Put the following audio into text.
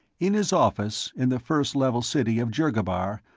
in his office, in the first level city of dhergabar,